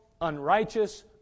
unrighteous